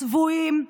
צבועים.